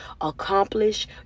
accomplish